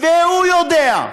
והוא יודע,